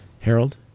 Harold